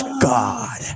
god